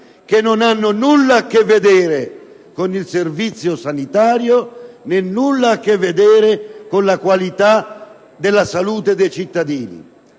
che non hanno nulla a che vedere con il Servizio sanitario e con la qualità della salute dei cittadini.